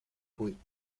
buit